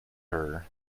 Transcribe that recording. her